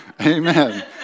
Amen